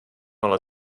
ale